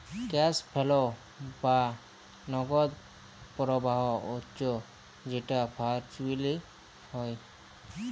cash flow বা নগদ পরবাহ হচ্যে যেট ভারচুয়েলি হ্যয়